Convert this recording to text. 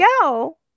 go